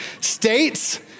states